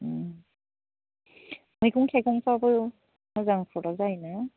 मैगं थाइगंफोराबो मोजां सुवादा जायोना